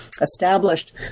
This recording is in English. established